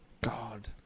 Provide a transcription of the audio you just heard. God